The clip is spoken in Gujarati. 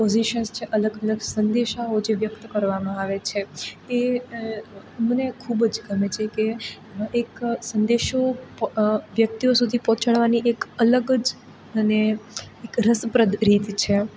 પોઝીસન્સ છે અલગ અલગ સંદેશાઓ જે વ્યક્ત કરવામાં આવે છે તે મને ખૂબ જ ગમે છે કે એક સંદેશો વ્યક્તિઓ સુધી પહોંચાડવાની એક અલગ જ અને એક રસપ્રદ રીત છે